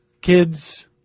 kids